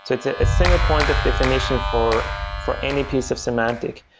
it's a single point of definition for for any piece of semantic.